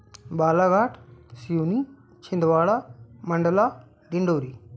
Balaghat Seoni Chhindwara Mandla Dindori